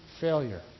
failure